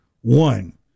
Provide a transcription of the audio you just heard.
One